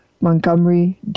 Montgomery